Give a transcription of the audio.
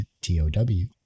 T-O-W